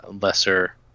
lesser